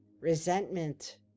resentment